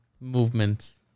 movements